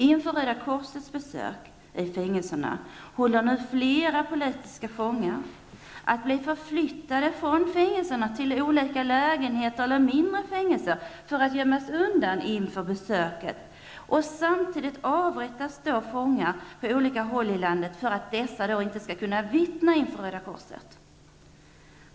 Inför Röda korsets besök i fängelserna håller nu flera politiska fångar på att förflyttas från fängelserna till olika lägenheter eller mindre fängelser för att gömmas undan inför besöket. Samtidigt avrättas fångar på olika håll i landet för att dessa inte skall kunna vittna inför Röda korset.